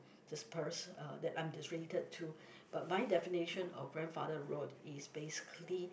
dispersed uh that I'm related to but my definition of grandfather road is basically